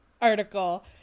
article